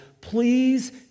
please